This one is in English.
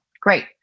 great